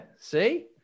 See